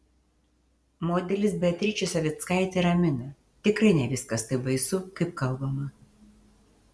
modelis beatričė savickaitė ramina tikrai ne viskas taip baisu kaip kalbama